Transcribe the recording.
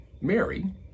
Mary